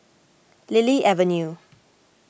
Lily Avenue